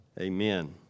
Amen